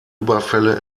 überfälle